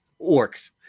orcs